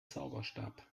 zauberstab